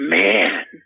man